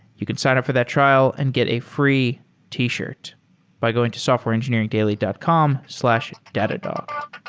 you can sign up for that trial and get a free t shirt by going to softwareengineeringdaily dot com slash datadog.